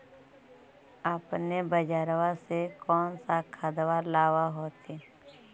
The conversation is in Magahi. अपने बजरबा से कौन सा खदबा लाब होत्थिन?